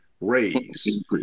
raise